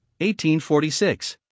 1846